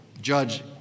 judge